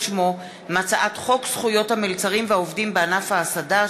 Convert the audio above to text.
שמו מהצעת חוק זכויות המלצרים והעובדים בענף ההסעדה,